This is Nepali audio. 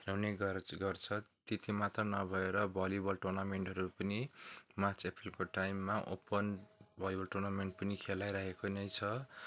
खेलाउने गर्छ त्यति मात्र नभएर भलिबल टुर्नामेन्टहरू पनि मार्च अप्रेलको टाइममा ओपन भलिबल टुर्नामेन्ट पनि खेलाइरहेको नै छ